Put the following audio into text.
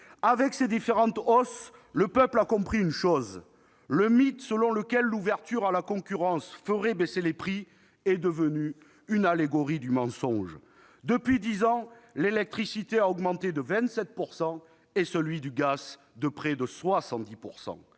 Avec ces différentes hausses, le peuple a compris une chose : le mythe selon lequel l'ouverture à la concurrence ferait baisser les prix est devenu une allégorie du mensonge. Depuis dix ans, l'électricité a augmenté de 27 % et le gaz de 70 %.